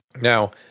Now